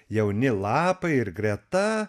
jauni lapai ir greta